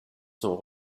sont